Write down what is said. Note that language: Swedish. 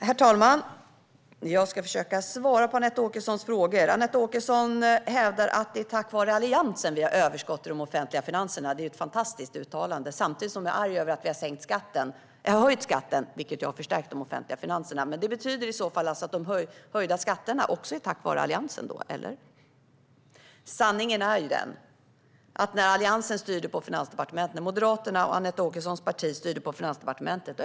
Herr talman! Jag ska försöka svara på Anette Åkessons frågor. Anette Åkesson hävdar att det är tack vare Alliansen vi har överskott i de offentliga finanserna. Det är ett fantastiskt uttalande. Samtidigt är hon nämligen arg över att vi har höjt skatten, vilket ju har förstärkt de offentliga finanserna. Det betyder i så fall att de höjda skatterna också är tack vare Alliansen, eller? Sanningen är ju att underskotten ökade för varje år som Alliansen och Anette Åkessons parti Moderaterna styrde på Finansdepartementet.